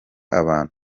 abantu